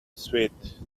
sweet